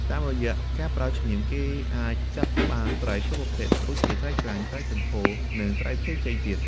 តាមរយៈការប្រើឈ្នាង គេអាចចាប់បានត្រីគ្រប់ប្រភេទ ដូចជាត្រីក្រាញ់ ត្រីកន្ធរ និងត្រីផ្សេងៗទៀត។